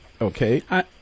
Okay